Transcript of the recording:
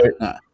no